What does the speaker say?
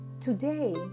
Today